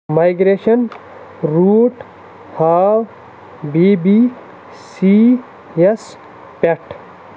migration route how B B C yes پٮ۪ٹھ